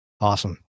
Awesome